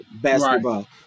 basketball